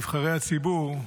נבחרי הציבור,